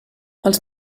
els